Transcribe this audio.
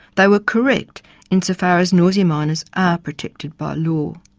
they were correct insofar as noisy miners are protected by law.